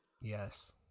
Yes